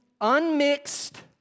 unmixed